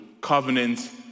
covenant